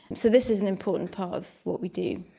so this is an important part of what we do.